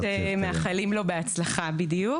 כי מראש מאחלים לו בהצלחה, בדיוק.